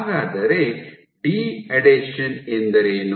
ಹಾಗಾದರೆ ಡಿ ಅಡೇಷನ್ ಎಂದರೇನು